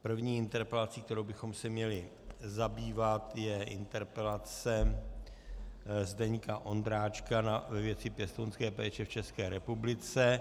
První interpelací, kterou bychom se měli zabývat, je interpelace Zdeňka Ondráčka ve věci pěstounské péče v České republice.